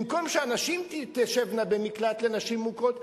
במקום שהנשים תשבנה במקלט לנשים מוכות,